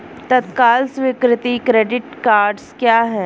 तत्काल स्वीकृति credit cards क्या हैं?